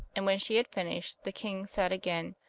and when she had finished, the king said again,